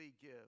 give